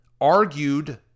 argued